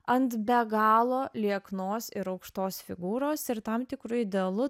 ant be galo lieknos ir aukštos figūros ir tam tikru idealu